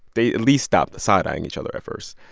they at least stopped the side-eying each other at first.